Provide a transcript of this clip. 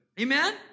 Amen